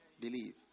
Believe